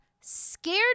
scared